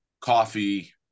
coffee